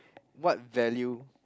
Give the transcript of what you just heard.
what value